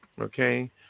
okay